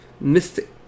mystic